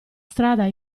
strada